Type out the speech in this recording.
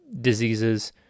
diseases